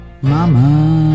Mama